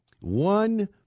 One